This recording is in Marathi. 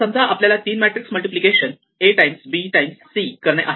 समजा आपल्याला तीन matrix multiplication A times B times C करणे आहे